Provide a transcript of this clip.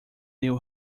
knew